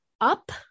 up